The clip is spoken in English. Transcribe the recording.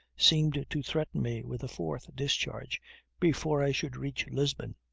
seemed to threaten me with a fourth discharge before i should reach lisbon,